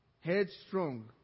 Headstrong